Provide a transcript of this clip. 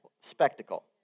spectacle